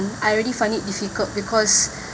I already find it difficult because